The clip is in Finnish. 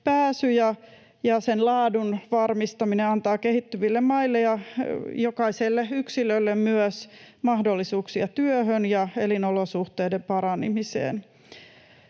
ja sen laadun varmistaminen antavat kehittyville maille ja myös jokaiselle yksilölle mahdollisuuksia työhön ja elinolosuhteiden paranemiseen.